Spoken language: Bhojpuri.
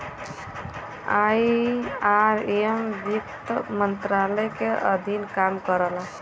आई.आर.एस वित्त मंत्रालय के अधीन काम करला